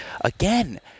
again